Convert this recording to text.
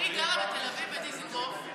אני גרה בתל אביב, בדיזינגוף.